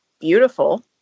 beautiful